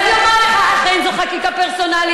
אם אתה התחלת לזלזל ב-5 מיליון